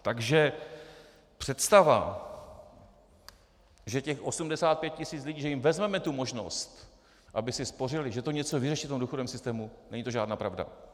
Takže představa, že těch 85 tisíc lidí, že jim vezmeme tu možnost, aby si spořili, že to něco vyřeší v tom důchodovém systému není to žádná pravda.